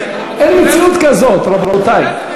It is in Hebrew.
אין מציאות כזאת, רבותי.